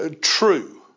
true